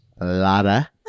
Lada